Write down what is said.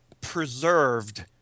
preserved